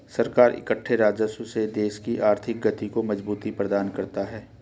सरकार इकट्ठे राजस्व से देश की आर्थिक गति को मजबूती प्रदान करता है